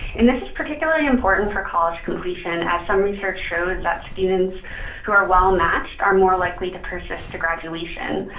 and this is particularly important for college completion as some research shows that students who are well-matched are more likely to persist to graduation.